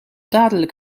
dadelijk